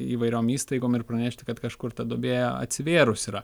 įvairiom įstaigom ir pranešti kad kažkur ta duobė atsivėrus yra